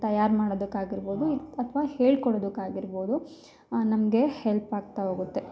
ತಯಾರು ಮಾಡೋದಕ್ಕೆ ಆಗಿರ್ಬೋದು ಇದು ಅಥ್ವ ಹೇಳ್ಕೊಡೋದಕ್ಕೆ ಆಗಿರ್ಬೋದು ನಮಗೆ ಹೆಲ್ಪ್ ಆಗ್ತಾ ಹೋಗುತ್ತೆ